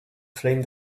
flame